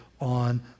on